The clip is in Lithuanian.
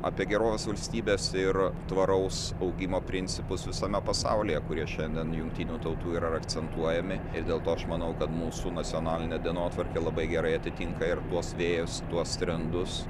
apie gerovės valstybės ir tvaraus augimo principus visame pasaulyje kurie šiandien jungtinių tautų ir yra akcentuojami ir dėl to aš manau kad mūsų nacionalinė dienotvarkė labai gerai atitinka ir tuos vėjus tuos trendus